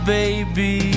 baby